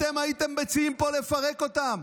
אתם הייתם מציעים פה לפרק אותה?